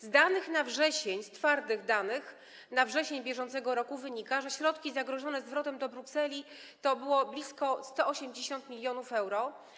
Z danych na wrzesień, z twardych danych na wrzesień bieżącego roku, wynika, że jeżeli chodzi o środki zagrożone zwrotem do Brukseli, to było blisko 180 mln euro.